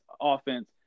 offense